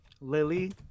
lily